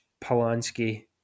Polanski